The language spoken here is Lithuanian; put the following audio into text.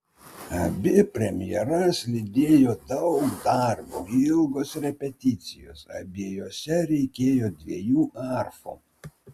abi premjeras lydėjo daug darbo ilgos repeticijos abiejose reikėjo dviejų arfų